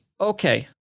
okay